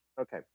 okay